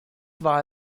war